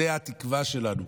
זו התקווה שלנו.